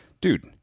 Dude